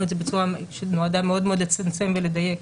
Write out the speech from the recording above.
את זה בצורה שנועדה מאוד מאוד לצמצם ולדייק,